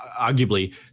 arguably